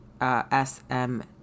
S-M